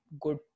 good